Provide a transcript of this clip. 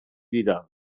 dira